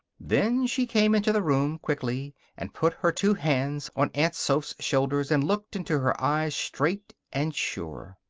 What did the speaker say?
then she came into the room, quickly, and put her two hands on aunt soph's shoulders and looked into her eyes straight and sure.